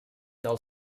del